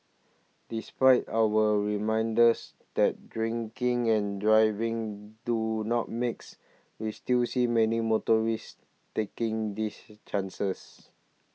despite our reminders that drinking and driving do not mix we still see many motorists taking these chances